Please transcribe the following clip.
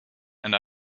and